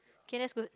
okay that's good